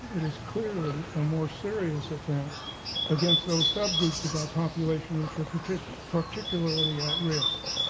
it is clearly a more serious offence against those subgroups of our population which are particularly particularly at risk